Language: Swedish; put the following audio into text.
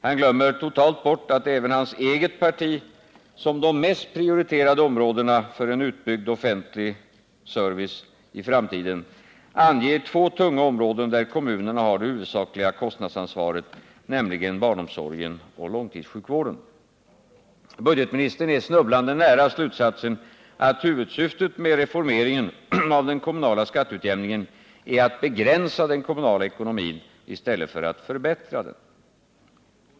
Han glömmer totalt bort att även hans eget parti såsom de mest prioriterade områdena för en utbyggd samhällsservice i framtiden anger två tunga områden, där kommunerna har det huvudsakliga kostnadsansvaret, nämliger barnomsorgen och långtidssjukvården. Budgetministern är snubblande nära slutsatsen att huvudsyftet med reformeringen av den kommunala skatteutjämningen är att begränsa den kommunala ekonomin i stället för att förbättra den.